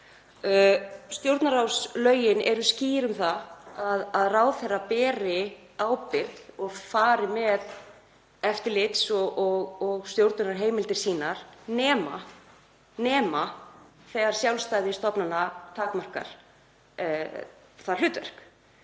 Stjórnarráðslögin eru skýr um það að ráðherrar beri ábyrgð og fari með eftirlits- og stjórnunarheimildir sínar, nema þegar sjálfstæði stofnana takmarkar það hlutverk.